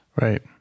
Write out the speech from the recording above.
right